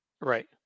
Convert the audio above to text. Right